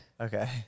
Okay